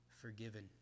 forgiven